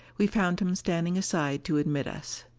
we found him standing aside to admit us.